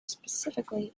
specifically